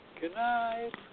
Goodnight